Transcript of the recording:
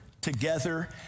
together